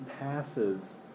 passes